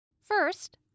First